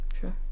Sure